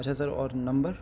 اچھا سر اور نمبر